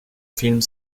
film